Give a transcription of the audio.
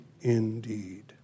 indeed